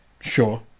Sure